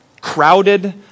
Crowded